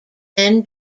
then